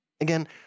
Again